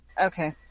Okay